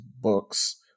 books